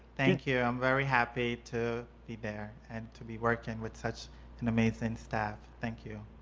thank you, i'm very happy to be there and to be working with such an amazing staff. thank you.